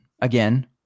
again